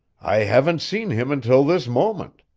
i haven't seen him until this moment.